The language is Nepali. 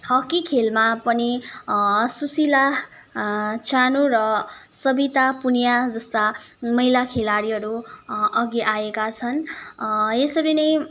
हक्की खेलमा पनि सुसिला चानु र सबिता पुन्या जस्ता महिला खेलाडीहरू अघि आएका छन् यसरी नै